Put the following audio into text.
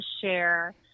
share